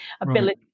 ability